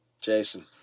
Jason